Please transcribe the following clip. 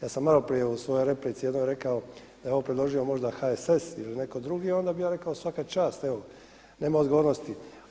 Ja sam malo prije u svojoj replici jednom rekao da je ovo možda predložio HSS ili netko drugi, onda bih ja rekao svaka čast, evo nema odgovornosti.